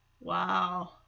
Wow